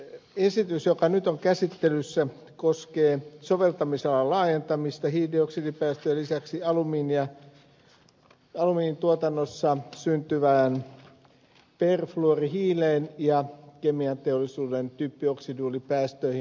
tämä esitys joka nyt on käsittelyssä koskee soveltamisalan laajentamista hiilidioksidipäästöjen lisäksi alumiinituotannossa syntyvään perfluorihiileen ja kemianteollisuuden typpioksiduulipäästöihin